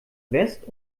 west